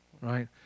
right